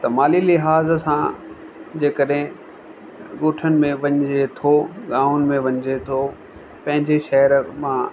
त माली लिहाज़ सां जेकॾहिं ॻोठनि में वञिजे थो गामनि में वञिजे थो पंहिंजे शहर मां